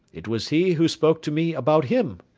it was he who spoke to me about him.